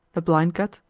the blind gut,